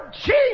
Jesus